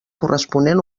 corresponent